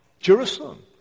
Jerusalem